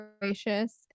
gracious